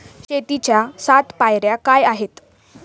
शेतीच्या सात पायऱ्या काय आहेत?